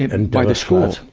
and, and by the school,